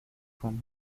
from